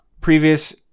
previous